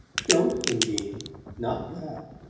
don't, undine not that!